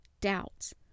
doubts